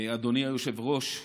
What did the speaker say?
אדוני היושב-ראש,